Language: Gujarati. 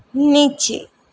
નીચે